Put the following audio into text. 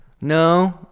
no